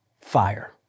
fire